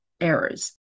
errors